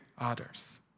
others